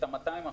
את ה-200%,